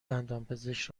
دندانپزشک